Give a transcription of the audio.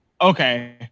okay